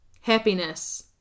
Happiness